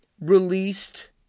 released